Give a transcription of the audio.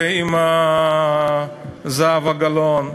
ועם זהבה גלאון,